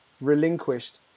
relinquished